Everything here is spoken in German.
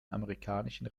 amerikanischen